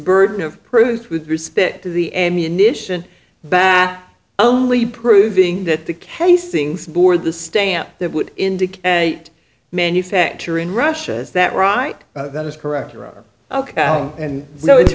burden of proof with respect to the ammunition back only proving that the casings bore the stamp that would indicate a manufacturer in russia is that right that is correct or are ok and no it's